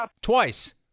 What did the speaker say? twice